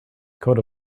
coat